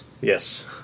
Yes